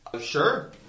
Sure